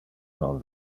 non